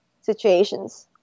situations